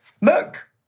look